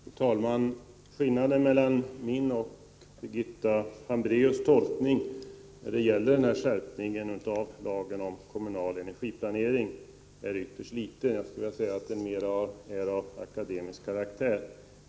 Fru talman! Skillnaden mellan min och Birgitta Hambraeus tolkning när det gäller skärpningen av lagen om kommunal energiplanering är ytterst liten. Jag skulle vilja säga att den mera är av akademisk karaktär.